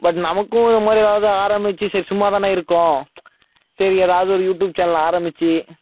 but நமக்கும் இந்தமாதிரி ஏதாவது ஆரம்பிச்சு சரி சும்மாதானே இருக்கோம் சரி ஏதாவது ஒரு யூடியூப் சேனல் ஆரம்பிச்சு